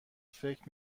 فکر